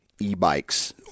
e-bikes